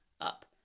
up